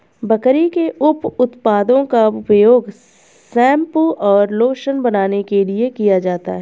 बकरी के उप उत्पादों का उपयोग शैंपू और लोशन बनाने के लिए किया जाता है